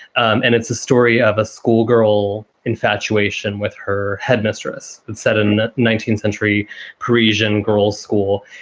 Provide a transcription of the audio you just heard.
um and it's a story of a schoolgirl infatuation with her headmistress and set in nineteenth century parisian girls school.